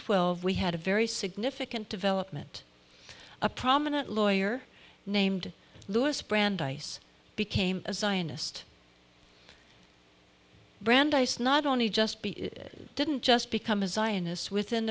twelve we had a very significant development a prominent lawyer named louis brandeis became a zionist brandeis not only just be it didn't just become a zionist within